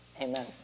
amen